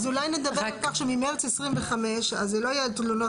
אז אולי נדבר על כך שממרץ 25' זה לא יהיה תלונות